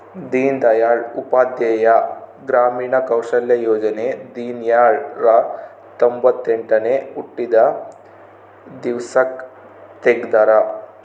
ದೀನ್ ದಯಾಳ್ ಉಪಾಧ್ಯಾಯ ಗ್ರಾಮೀಣ ಕೌಶಲ್ಯ ಯೋಜನೆ ದೀನ್ದಯಾಳ್ ರ ತೊಂಬೊತ್ತೆಂಟನೇ ಹುಟ್ಟಿದ ದಿವ್ಸಕ್ ತೆಗ್ದರ